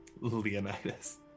Leonidas